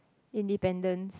independence